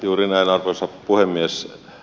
juuri näin arvoisa puhemies